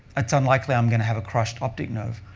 it's unlikely i'm going to have a crushed optic nerve.